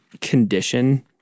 condition